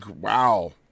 Wow